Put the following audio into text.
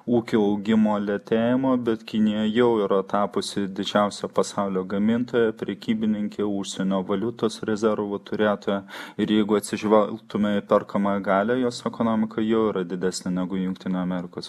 ūkio augimo lėtėjimo bet kinija jau yra tapusi didžiausia pasaulio gamintoja prekybininke užsienio valiutos rezervų turėtoja ir jeigu atsižvelgtume į perkamąją galią jos ekonomika jau yra didesnė negu jungtinių amerikos